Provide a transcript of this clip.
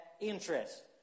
interest